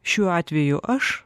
šiuo atveju aš